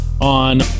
on